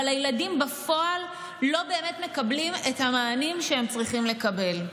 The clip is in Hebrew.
אבל הילדים בַּפועל לא באמת מקבלים את המענים שהם צריכים לקבל.